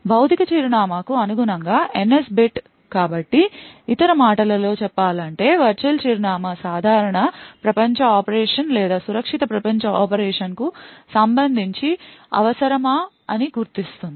భౌతిక చిరునామాకు అనుగుణంగా NS బిట్ కాబట్టి ఇతర మాటలలో చెప్పాలంటే వర్చువల్ చిరునామా సాధారణ ప్రపంచ ఆపరేషన్ లేదా సురక్షిత ప్రపంచ ఆపరేషన్కు సంబంధించి అవసరమా అని గుర్తిస్తుంది